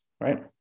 right